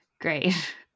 great